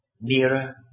nearer